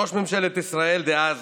ראש ממשלת ישראל דאז